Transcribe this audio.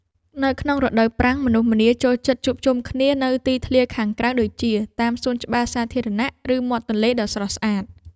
នៅក្នុងរដូវប្រាំងមនុស្សម្នាចូលចិត្តជួបជុំគ្នានៅទីធ្លាខាងក្រៅដូចជា តាមសួនច្បារសាធារណៈ ឬមាត់ទន្លេដ៏ស្រស់ស្អាត។